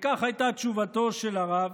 כך הייתה תשובתו של הרב,